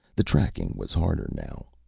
the tracking was harder now.